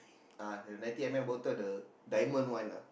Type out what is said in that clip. uh the ninety M_L bottle the diamond one ah